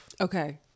Okay